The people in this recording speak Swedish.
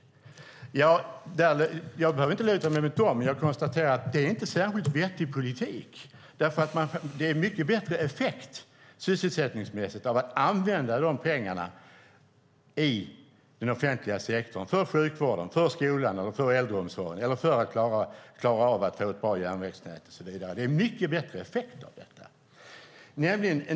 Jag behöver inte luta mig mot detta för att konstatera att det inte är en särskilt vettig politik, för det är mycket bättre effekt sysselsättningsmässigt att använda de här pengarna i den offentliga sektorn - sjukvården, skolan och äldreomsorgen - eller till att få ett bättre järnvägsnät och så vidare. Det blir en mycket bättre effekt på sysselsättningen.